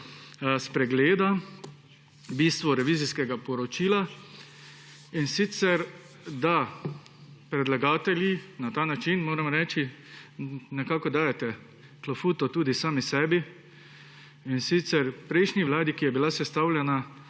spregleda bistvo revizijskega poročila, in sicer da predlagatelji na ta način, moram reči, nekako dajete klofuto tudi sami sebi, in sicer prejšnji vladi, ki je bila sestavljena